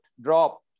drop